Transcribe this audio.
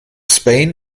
spain